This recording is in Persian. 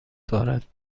دارد